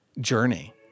journey